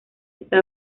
está